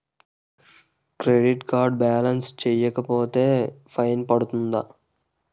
Credit card balance చెల్లించకపోతే fine పడ్తుంద?